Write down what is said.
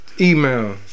email